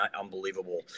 unbelievable